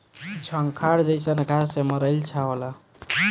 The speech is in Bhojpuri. झंखार जईसन घास से मड़ई छावला